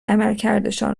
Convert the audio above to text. عملکردشان